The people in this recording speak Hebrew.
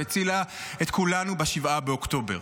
שהצילה את כולנו ב-7 באוקטובר.